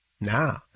Now